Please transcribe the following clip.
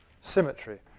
symmetry